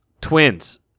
Twins